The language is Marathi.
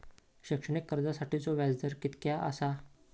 शैक्षणिक कर्जासाठीचो व्याज दर कितक्या आसा?